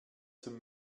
zum